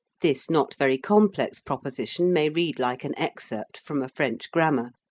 this not very complex proposition may read like an excerpt from a french grammar,